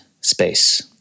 space